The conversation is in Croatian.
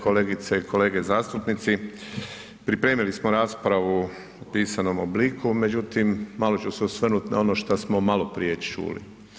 Kolegice i kolege zastupnici, pripremili smo raspravu u pisanom obliku, međutim malo ću se osvrnut na ono što smo maloprije čule.